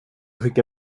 skicka